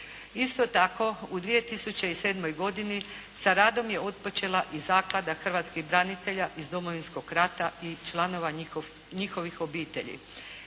Isto tako u 2007. godini sa radom je otpočela i Zaklada hrvatskih branitelja iz Domovinskog rata i članova njihovih obitelji